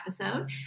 episode